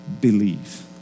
believe